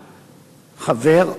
חבר,